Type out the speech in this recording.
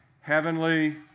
Heavenly